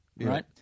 right